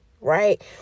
right